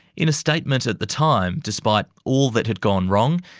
in a statement at the time, despite all that had gone wrong,